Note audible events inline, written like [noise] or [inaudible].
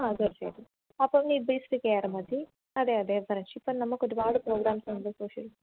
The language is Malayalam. ആ തീർച്ചയായിട്ടും അപ്പോൾ നീഡ് ബേസ്ഡ് കെയർ മതി അതെ അതെ [unintelligible] ഇപ്പോൾ നമുക്ക് ഒരുപാട് പ്രോഗ്രാംസ് ഉണ്ട് സോഷ്യൽ